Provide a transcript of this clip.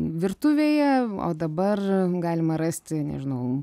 virtuvėje o dabar galima rasti nežinau